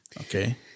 Okay